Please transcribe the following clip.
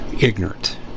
ignorant